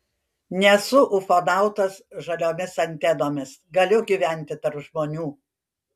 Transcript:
nesu ufonautas žaliomis antenomis galiu gyventi tarp žmonių